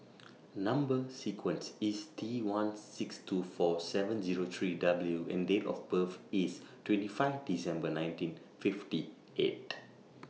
Number sequence IS T one six two four seven Zero three W and Date of birth IS twenty five December nineteen fifty eight